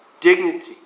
Dignity